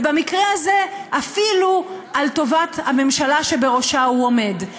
ובמקרה הזה אפילו על טובת הממשלה שבראשה הוא עומד.